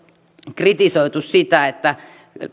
kritisoitu sitä että